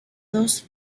dos